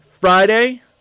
Friday